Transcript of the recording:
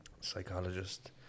psychologist